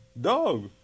dog